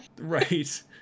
right